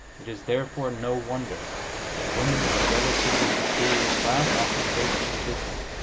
it is, therefore, no wonder that women of a relatively superior class often take to the business.